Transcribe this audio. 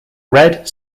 red